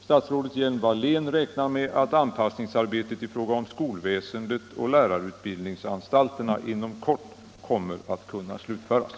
Statsrådet Hjelm-Wallén räknar med att anpassningsarbetet i fråga om skolväsendet och lärarutbildningsanstalterna inom kort kommer att kunna slutföras.